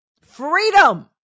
Freedom